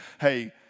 hey